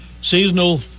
seasonal